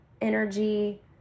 energy